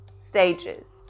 stages